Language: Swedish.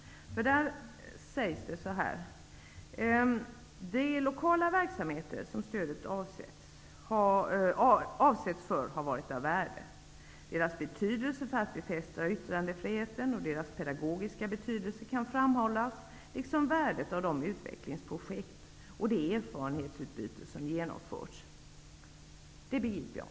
Man säger: ''-- de lokala verksamheter som stödet avsetts för har varit av värde. Deras betydelse för att befästa yttrandefriheten och deras pedagogiska betydelse kan framhållas, liksom värdet av de utvecklingsprojekt och det erfarenhetsutbyte som genomförts.'' Detta begriper jag.